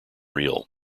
real